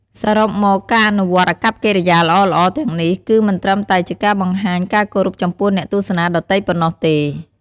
សរុបមក ការអនុវត្តអាកប្បកិរិយាល្អៗទាំងនេះ គឺមិនត្រឹមតែជាការបង្ហាញការគោរពចំពោះអ្នកទស្សនាដទៃប៉ុណ្ណោះទេ។